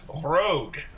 Rogue